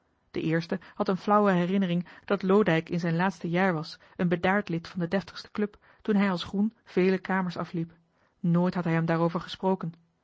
de eerste had een flauwe herinnering dat loodijck in zijn laatste jaar was een bedaard lid van de deftigste club toen hij als groen vele kamers afliep nooit had hij hem daarover gesproken